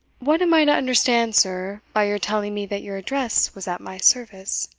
what am i to understand, sir, by your telling me that your address was at my service?